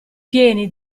pieni